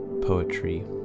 poetry